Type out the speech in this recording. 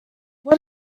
what